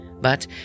But